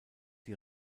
die